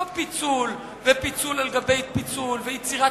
לא פיצול ופיצול על גבי פיצול ויצירת